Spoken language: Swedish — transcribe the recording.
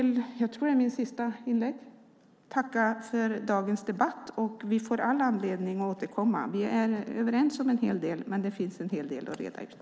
Jag tackar för dagens debatt, och vi får all anledning att återkomma. Vi är överens om en hel del, men det finns en hel del att reda ut.